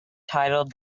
titled